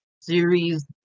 series